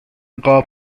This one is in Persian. قاب